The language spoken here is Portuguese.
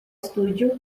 studio